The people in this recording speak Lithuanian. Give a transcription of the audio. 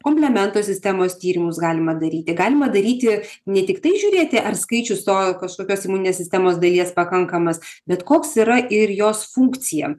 komplemento sistemos tyrimus galima daryti galima daryti ne tiktai žiūrėti ar skaičius to kažkokios imuninės sistemos dalies pakankamas bet koks yra ir jos funkcija